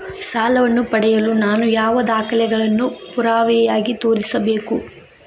ಸಾಲವನ್ನು ಪಡೆಯಲು ನಾನು ಯಾವ ದಾಖಲೆಗಳನ್ನು ಪುರಾವೆಯಾಗಿ ತೋರಿಸಬೇಕು?